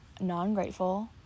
Non-grateful